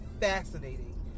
fascinating